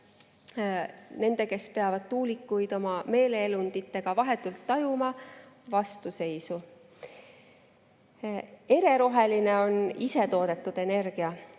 nende, kes peavad tuulikuid oma meeleelunditega vahetult tajuma – vastuseisu. Ereroheline on ise toodetud energia.